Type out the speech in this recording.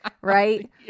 right